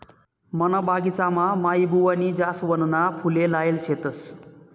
मना बगिचामा माईबुवानी जासवनना फुले लायेल शेतस